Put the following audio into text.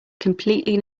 completely